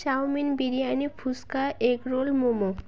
chowmein biryani phuchka egg roll momo